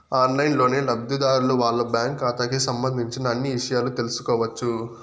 ఆన్లైన్లోనే లబ్ధిదారులు వాళ్ళ బ్యాంకు ఖాతాకి సంబంధించిన అన్ని ఇషయాలు తెలుసుకోవచ్చు